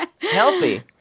Healthy